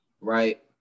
right